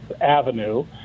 Avenue